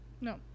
no